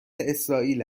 اسرائیل